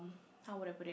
how would I put it